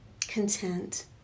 content